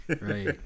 Right